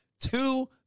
two